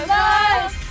life